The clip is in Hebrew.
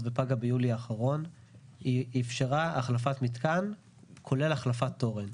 ופגה ביולי האחרון אפשרה החלפת מתקן כולל החלפת תורן.